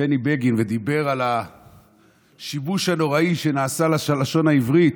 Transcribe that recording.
בני בגין ודיבר על השיבוש הנוראי שנעשה ללשון העברית,